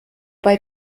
bei